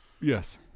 Yes